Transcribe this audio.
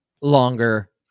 longer